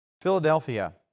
Philadelphia